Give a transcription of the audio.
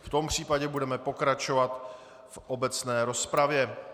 V tom případě budeme pokračovat v obecné rozpravě.